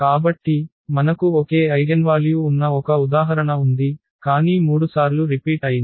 కాబట్టి మనకు ఒకే ఐగెన్వాల్యూ ఉన్న ఒక ఉదాహరణ ఉంది కానీ మూడుసార్లు రిపీట్ అయింది